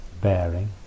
bearing